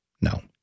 No